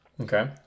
Okay